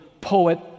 poet